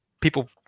People